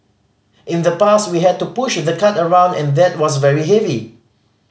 in the past we had to push the cart around and that was very heavy